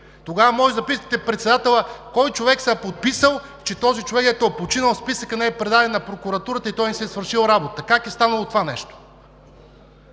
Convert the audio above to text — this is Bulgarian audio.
Тогава може да питате председателя кой човек се е подписал за този човек, който е починал, списъкът не е предаден на Прокуратурата и той не си е свършил работата, как е станало това нещо?